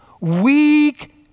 Weak